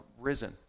risen